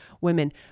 women